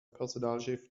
personalchef